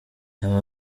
aba